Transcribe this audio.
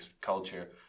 culture